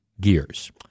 gears